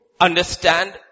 understand